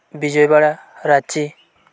Bijoybara Ranchi